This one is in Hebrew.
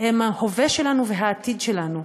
ההווה שלנו והעתיד שלנו,